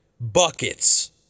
buckets